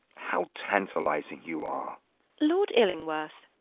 how tantalising you are lord illingworth,